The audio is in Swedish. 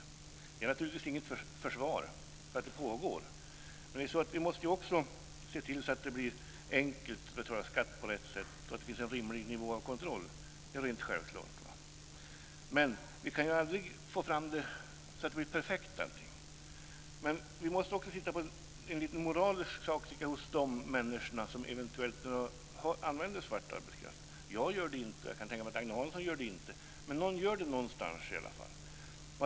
Det är naturligtvis inget försvar för att det pågår. Men vi måste också se till att det blir enkelt att betala skatt på rätt sätt och att det finns en rimlig nivå av kontroll. Det är helt självklart. Men vi kan aldrig få allting perfekt. Vi måste också se på det moraliska hos de människor som eventuellt anlitar svart arbetskraft. Jag gör det inte, och jag kan tänka mig att Agne Hansson inte gör det, men någon gör det i alla fall.